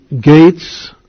gates